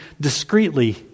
discreetly